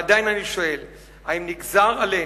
"ועדיין אני שואל: האם נגזר עלינו,